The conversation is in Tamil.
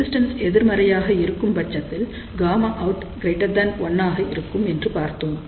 ரெசிஸ்டன்ஸ் எதிர்மறையாக இருக்கும் பட்சத்தில் Γout 1 ஆக இருக்கும் என்று பார்த்தோம்